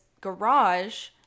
garage